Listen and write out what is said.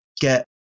get